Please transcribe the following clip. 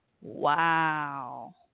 Wow